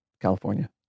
California